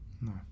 No